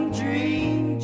dream